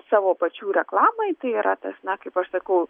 savo pačių reklamai tai yra tas na kaip aš sakau